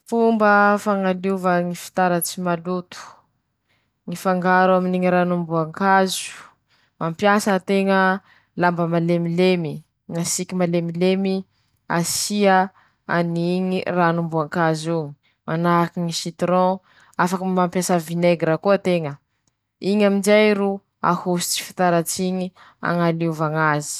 Ñy fomba fañaliova ñy karipetra misy tasy, mañadio ñy vovoke noho ñy loza ;afangaro ñy rano noho ñy savony, bakeo amizay ajobo ao karipetr"eñy, ozà tasy iñy, vit'eñe kobañy malio ie atany laha bakeo.